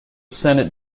senate